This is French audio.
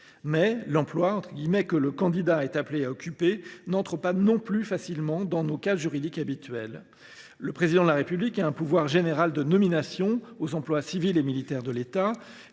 Mais l’emploi que le candidat est appelé à occuper n’entre pas non plus facilement dans nos cases juridiques habituelles. Le Président de la République a un pouvoir général de nomination « aux emplois civils et militaires de l’État